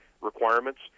requirements